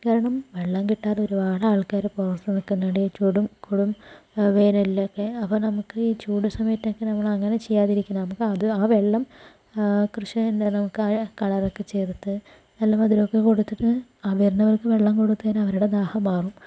കാരണം വെള്ളം കിട്ടാതെ ഒരുപാട് ആൾക്കാര് പുറത്ത് നിക്കുന്നുണ്ട് ഈ ചൂടും കൊടും വേനലിലൊക്കെ അപ്പോൾ നമുക്ക് ഈ ചൂട് സമയത്തൊക്കെ നമ്മള് അങ്ങനെ ചെയ്യാതിരിക്കണം നമുക്ക് അത് ആ വെള്ളം കൃഷി പിന്നെ നമുക്ക് കളറൊക്കെ ചേർത്ത് നല്ല മധുരമൊക്കെ കൊടുത്തിട്ട് ആ വെരുന്നവർക്ക് വെള്ളം കൊടുത്ത് തന്നെ അവരുടെ ദാഹം മാറും